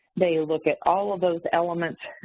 they look at all of those elements